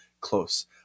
close